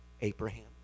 Abraham